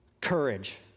Courage